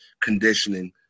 conditioning